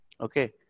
Okay